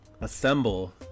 assemble